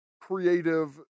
creative